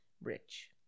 rich